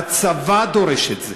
הצבא דורש את זה.